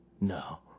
no